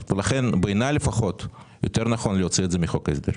לכן בעיניי לפחות יותר נכון להוציא את זה מחוק ההסדרים.